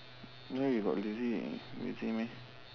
where you got lazy lazy meh